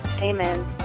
Amen